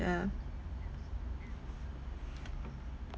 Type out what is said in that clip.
yeah